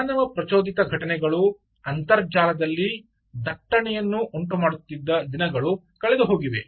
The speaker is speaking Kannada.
ಮಾನವ ಪ್ರಚೋದಿತ ಘಟನೆಗಳು ಅಂತರ್ಜಾಲದಲ್ಲಿ ದಟ್ಟಣೆಯನ್ನು ಉಂಟುಮಾಡುತ್ತಿದ್ದ ದಿನಗಳು ಕಳೆದುಹೋಗಿವೆ